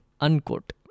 unquote